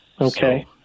Okay